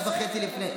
חודש וחצי לפני.